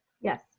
Yes